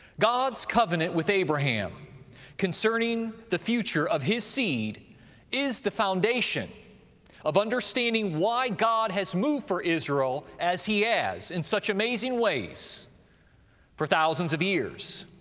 god's covenant with abraham concerning the future of his seed is the foundation of understanding why god has moved for israel as he has in such amazing ways for thousands of years.